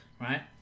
right